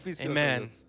amen